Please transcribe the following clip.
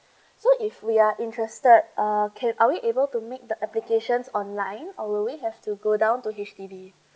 so if we are interested uh can are we able to make the applications online or will we have to go down to H_D_B